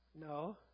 No